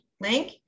link